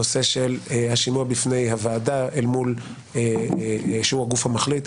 הנושא של השימוע בפני הוועדה שהיא הגוף המחליט,